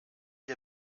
der